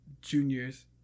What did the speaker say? juniors